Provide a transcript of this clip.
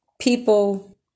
People